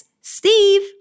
Steve